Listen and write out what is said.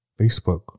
Facebook